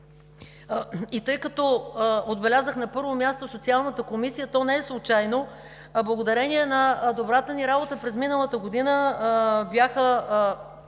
Тъй като отбелязах на първо място Социалната комисия, то не е случайно, а благодарение на добрата ни работа през миналата година, бяха